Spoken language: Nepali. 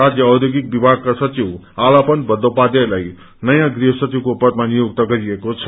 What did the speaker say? राज्य औष्योगिक विभागका सचिव आलापन बन्दोपाध्यायलाई नयाँ गृह सचिवको पदामा नियुक्त गरिएको छ